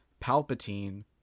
Palpatine